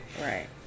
Right